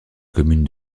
commune